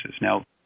Now